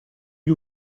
gli